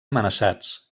amenaçats